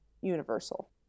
universal